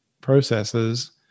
processes